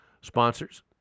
sponsors